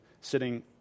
sitting